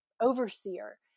overseer